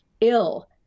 ill